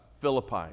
Philippi